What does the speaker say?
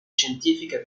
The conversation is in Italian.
scientifiche